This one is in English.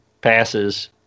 passes